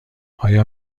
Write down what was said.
آیا